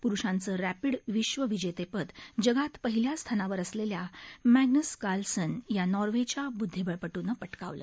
प्रूषांचं rapid विश्वविजेतेपद जगात पहिल्या स्थानावर असलेल्या मॅग्नस कार्लसन या नॉर्वेच्या बुद्धिबळपटूनं पटकावलं